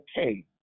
okay